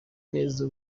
neza